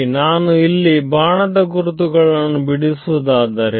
ಇಲ್ಲಿ ನಾನು ಬಾಣದ ಗುರುತುಗಳನ್ನು ಬಿಡಿಸುವು ದಾದರೆ